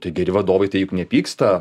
tai geri vadovai tai juk nepyksta